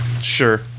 sure